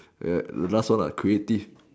eh the last one ah creative